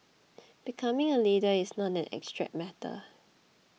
becoming a leader is not an abstract matter